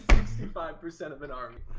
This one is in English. sixty five percent of an army.